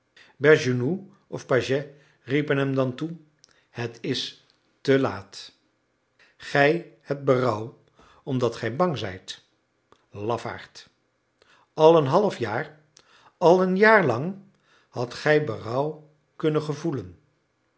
of pagès riepen hem dan toe het is te laat gij hebt berouw omdat gij bang zijt lafaard al een halfjaar al een jaar lang hadt gij berouw kunnen gevoelen